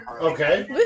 Okay